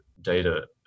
data